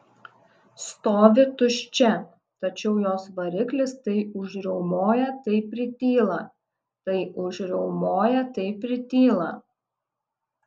stovi tuščia tačiau jos variklis tai užriaumoja tai prityla tai užriaumoja tai prityla